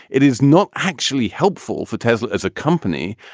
it is not actually helpful for tesla as a company.